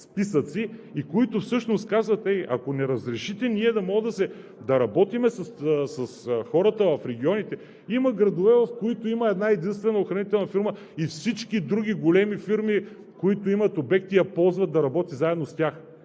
списъци, и които всъщност казват: ей, ако не разрешите ние да можем да работим с хората в регионите… Има градове, в които има една-единствена охранителна фирма, и всички други големи фирми, които имат обекти, я ползват да работи заедно с тях.